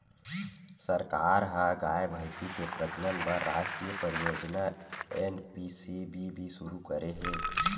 सरकार ह गाय, भइसी के प्रजनन बर रास्टीय परियोजना एन.पी.सी.बी.बी सुरू करे हे